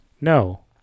No